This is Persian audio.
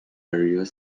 ریاض